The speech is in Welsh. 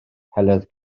heledd